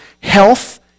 health